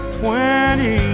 twenty